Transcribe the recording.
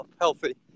healthy